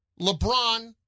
LeBron